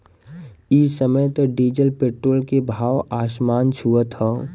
इ समय त डीजल पेट्रोल के भाव आसमान छुअत हौ